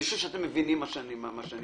אני חושב אתם מבינים מה שאני אומר.